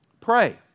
Pray